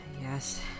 Yes